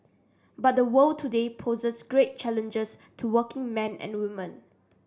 but the world today poses special challenges to working men and women